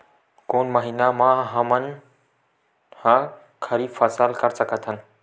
कोन महिना म हमन ह खरीफ फसल कर सकत हन?